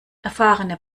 erfahrene